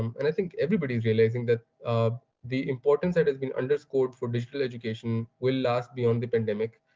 um and i think everybody's realizing that the importance that is being underscored for additional education will last beyond the pandemic.